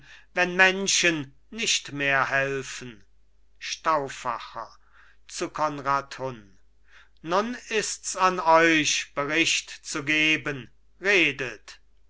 wenn menschen nicht mehr helfen stauffacher zu konrad hunn nun ist's an euch bericht zu geben redet